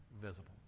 visible